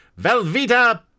Velveeta